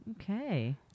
Okay